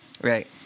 Right